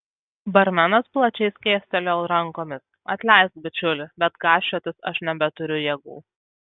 barmenas plačiai skėstelėjo rankomis atleisk bičiuli bet gąsčiotis aš nebeturiu jėgų